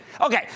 Okay